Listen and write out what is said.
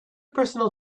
personal